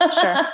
Sure